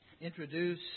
introduce